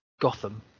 gotham